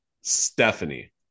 Stephanie